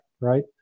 right